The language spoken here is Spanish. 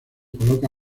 coloca